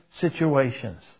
situations